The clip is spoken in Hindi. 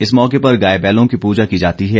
इस मौके पर गाय बैलों की प्रजा की जाती है